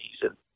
season